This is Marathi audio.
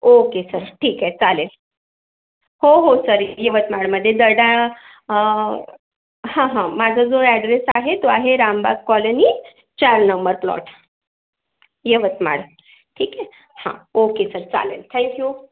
ओके सर ठीक आहे चालेल हो हो सर यवतमाळमध्ये दरडाळ हा हा माझा जो ऍड्रेस आहे तो आहे रामबाग कॉलनी चार नंबर प्लॉट यवतमाळ ठीक आहे हा ओके तर चालेल थँक्यू